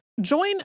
Join